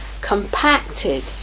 compacted